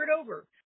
over